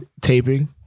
taping